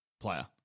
player